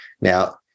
Now